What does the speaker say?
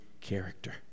character